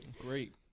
Great